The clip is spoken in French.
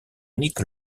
nick